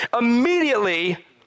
immediately